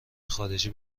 خارجی